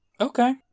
Okay